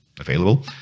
available